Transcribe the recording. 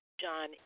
John